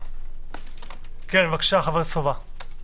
בבקשה, חבר הכנסת סובה.